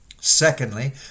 Secondly